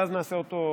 ואז נעשה אותו בפשטות.